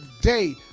day